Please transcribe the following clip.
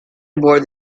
aboard